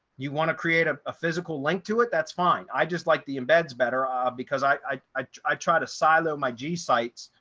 you want to create a ah physical link to it, that's fine. i just like the embeds better, um because i i i try to silo my g sites.